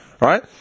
right